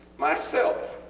myself,